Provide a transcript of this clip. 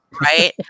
Right